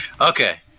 Okay